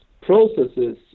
processes